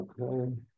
Okay